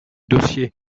dossier